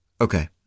Okay